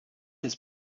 his